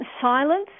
silence